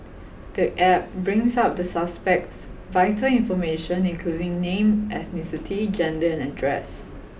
the App brings up the suspect's vital information including name ethnicity gender and address